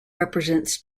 represents